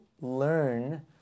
learn